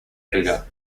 figure